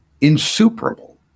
insuperable